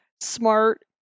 smart